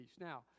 Now